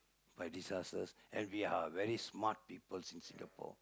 by disasters and we are very smart people in Singapore